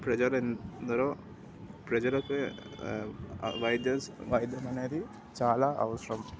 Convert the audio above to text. ప్రజలు ఏ ఎందరో ప్రజలపై వైద్యం వైద్యం అనేది చాలా అవసరం